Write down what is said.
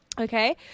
Okay